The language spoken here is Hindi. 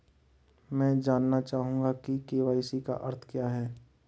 मैं जानना चाहूंगा कि के.वाई.सी का अर्थ क्या है?